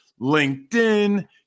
LinkedIn